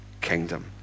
kingdom